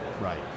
Right